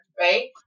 right